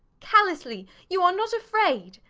callously! you are not afraid!